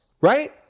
right